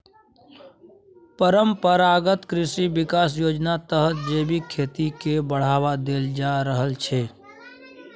परंपरागत कृषि बिकास योजनाक तहत जैबिक खेती केँ बढ़ावा देल जा रहल छै